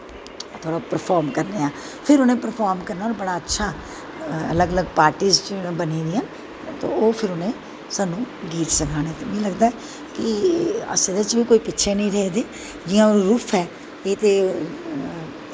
थोह्ड़ा परफार्म करने आं फिर उ'नें परफार्म करना बड़ा अच्छा अलग अलग पार्टिस बनी दियां ते ओह् फिर उ'नें सानूं गीत सखाने ते मिगी लगदा कि अस एह्दे च बी कोई पिच्छें निं रेह्दे जि'यां रूफ ऐ एह् ते